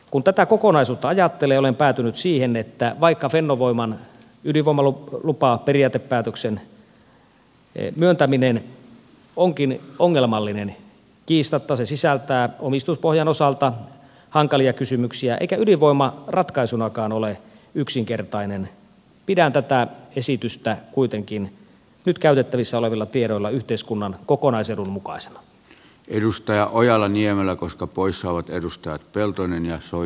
kun tätä kokonaisuutta ajattelee olen päätynyt siihen että vaikka fennovoiman ydinvoimalupaperiaatepäätöksen myöntäminen onkin ongelmallinen kiistatta se sisältää omistuspohjan osalta hankalia kysymyksiä eikä ydinvoima ratkaisunakaan ole yksinkertainen pidän tätä esitystä kuitenkin nyt käytettävissä olevilla tiedoilla yhteiskunnan kokonaisedun mukaisena edustaja ojala niemelä koska poissaolot edustajat peltonen jaksoi